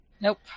nope